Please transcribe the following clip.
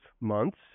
months